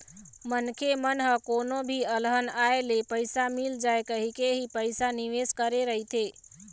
मनखे मन ह कोनो भी अलहन आए ले पइसा मिल जाए कहिके ही पइसा निवेस करे रहिथे